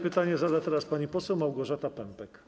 Pytanie zada teraz pani poseł Małgorzata Pępek.